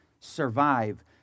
survive